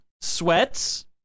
Sweats